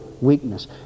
weakness